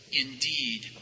Indeed